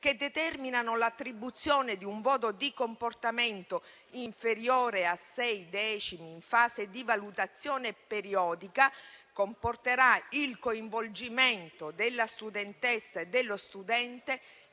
che determinano l'attribuzione di un voto di comportamento inferiore a sei decimi in fase di valutazione periodica, comporterà il coinvolgimento della studentessa e dello studente